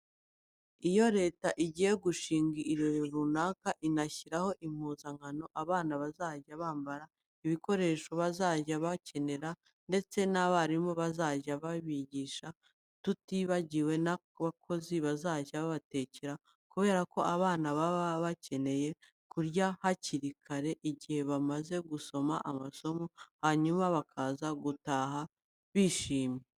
Iyo Leta igiye gushinga irerero runaka, inashyiraho impuzankano abana bazajya bambara, ibikoresho bazajya bakenera ndetse n'abarimu bazajya babigisha, tutibagiwe n'abakozi bazajya babatekera kubera ko abana baba bakeneye kurya hakiri kare igihe bamaze gusoza amasomo, hanyuma bakaza gutaha bishimye.